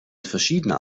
verschiedener